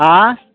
हा